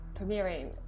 premiering